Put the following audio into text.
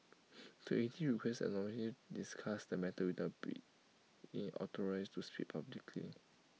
the aide requested anonymity to discuss the matter being in authorised to speak publicly